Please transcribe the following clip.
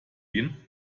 gehen